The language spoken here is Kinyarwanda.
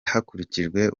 hakurikijwe